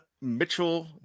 Mitchell